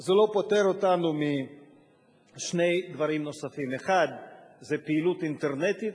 שזה לא פוטר אותנו משני דברים נוספים: אחד זה פעילות אינטרנטית,